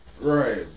Right